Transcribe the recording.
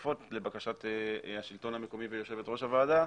לבקשת השלטון המקומי ויושבת ראש הוועדה: